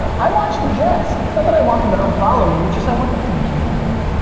i watch the jets. it's not that i want them to unfollow me, it's just i want them to do more.